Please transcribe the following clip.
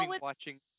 watching